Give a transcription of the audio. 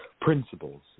principles